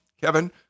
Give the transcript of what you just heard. kevin